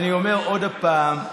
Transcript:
אני אומר עוד הפעם,